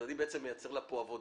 ואני מייצר לה פה עבודה.